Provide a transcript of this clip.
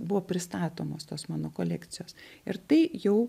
buvo pristatomos tos mano kolekcijos ir tai jau